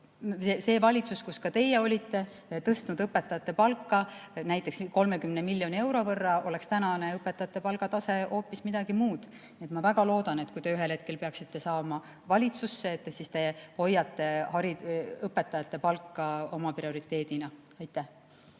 see valitsus, kus ka teie olite, tõstnud õpetajate palgafondi näiteks 30 miljoni euro võrra, oleks tänane õpetajate palgatase hoopis midagi muud. Nii et ma väga loodan, et kui te ühel hetkel peaksite saama valitsusse, siis te hoiate õpetajate palka oma prioriteedina. Aitäh!